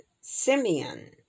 Simeon